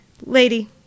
lady